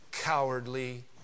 cowardly